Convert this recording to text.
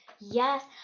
yes